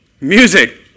Music